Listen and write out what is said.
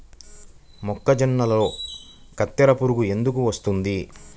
మొక్కజొన్నలో కత్తెర పురుగు ఎందుకు వస్తుంది?